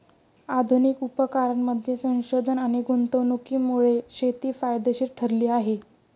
आधुनिक उपकरणांमध्ये संशोधन आणि गुंतवणुकीमुळे शेती फायदेशीर ठरली आहे